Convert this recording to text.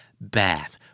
bath